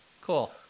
Cool